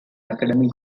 academy